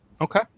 Okay